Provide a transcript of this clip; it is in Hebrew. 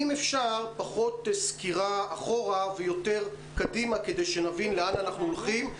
אם אפשר פחות סקירה אחורה ויותר קדימה כדי שנבין לאן אנחנו הולכים.